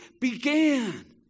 began